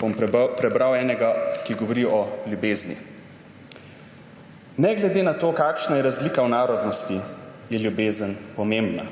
bom prebral enega, ki govori o ljubezni: »Ne glede na to, kakšna je razlika v narodnosti, je ljubezen pomembna.